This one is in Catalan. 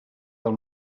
del